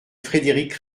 frédéric